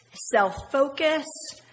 self-focus